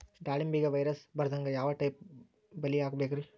ದಾಳಿಂಬೆಗೆ ವೈರಸ್ ಬರದಂಗ ಯಾವ್ ಟೈಪ್ ಬಲಿ ಹಾಕಬೇಕ್ರಿ?